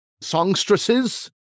songstresses